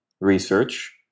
research